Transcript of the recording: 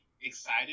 excited